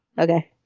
Okay